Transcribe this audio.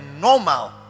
normal